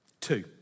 Two